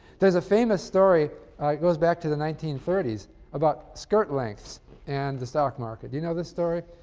there's a famous story it goes back to the nineteen thirty s about skirt lengths and the stock market. do you know this story?